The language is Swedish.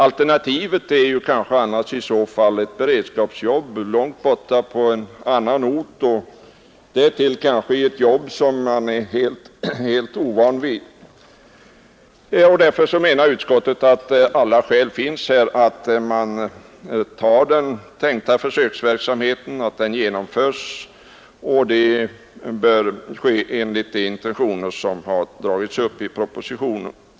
Alternativet är kanske ett beredskapsarbete långt borta på en annan ort och därtill kanske i ett jobb som man är helt ovan vid. Därför menar utskottet att det finns alla skäl att genomföra den tänkta försöksverksamheten enligt de intentioner som har angivits i propositionen.